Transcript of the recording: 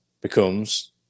becomes